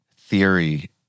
theory